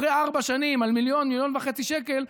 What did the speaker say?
אחרי ארבע שנים על מיליון או מיליון וחצי שקל.